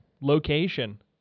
location